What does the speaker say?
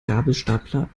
gabelstapler